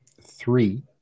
three